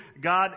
God